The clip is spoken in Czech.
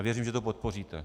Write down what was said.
Věřím, že to podpoříte.